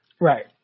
Right